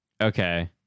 okay